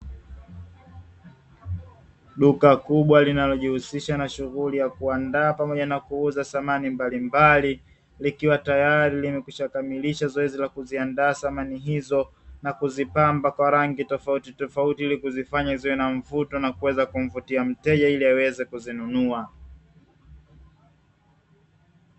Duka kubwa linalojihusisha na shughuli ya kuandaa, pamoja na kuuza samani mbalimbali, likiwa tayari limekwisha kamilisha zoezi la kuziandaa samani hizo, na kuzipamba kwa rangi tofautitofauti ili kuzifanya ziwe na mvuto, na kuweza kumvutia mteja ili aweze kuzinunua.